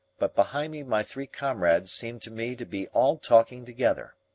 but behind me my three comrades seemed to me to be all talking together.